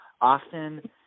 often